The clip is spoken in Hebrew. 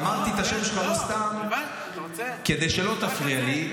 אמרתי את השם שלך לא סתם, כדי שלא תפריע לי.